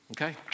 okay